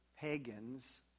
pagans